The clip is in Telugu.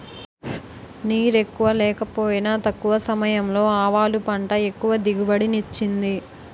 నీరెక్కువ లేకపోయినా తక్కువ సమయంలో ఆవాలు పంట ఎక్కువ దిగుబడిని ఇచ్చింది